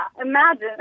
imagine